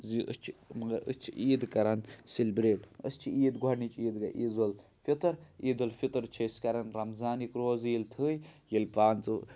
زِ أسۍ چھِ مگر أسۍ چھِ عید کَران سیلِبرٛیٹ أسۍ چھِ عید گۄڈنِچ عید گٔیے عیذالفِطر عیدالفِطر چھِ أسۍ کَران رَمضانٕکۍ روزٕ ییٚلہِ تھٲوۍ ییٚلہِ پانٛژٕ